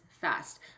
fast